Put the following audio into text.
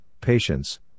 patience